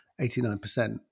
89%